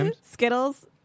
skittles